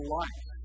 life